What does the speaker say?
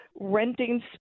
renting